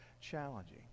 challenging